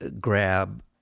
grab